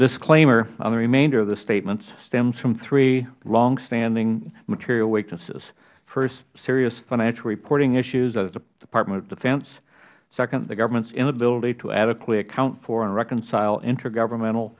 disclaimer on the remainder of the statements stems from three longstanding material weaknesses first serious financial reporting issues at the department of defense second the government's inability to adequately account for and reconcile intragovernmental